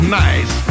nice